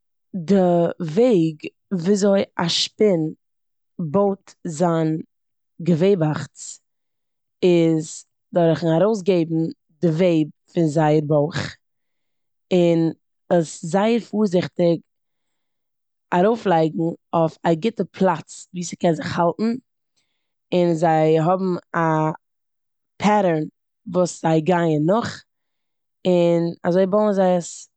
די וועג וויאזוי א שפין בויט זיין געוועבאכץ איז דורכן ארויסגעבן די וועב פון זייער בויך און עס זייער פארזיכטיג ארויפלייגן אויף א גוטע פלאץ ווי ס'קען זיך האלטן, און זיי האבן א פעטערן וואס זיי גייען נאך און אזוי בויען זיי עס.